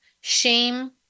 shame